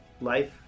life